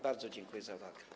Bardzo dziękuję za uwagę.